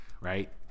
Right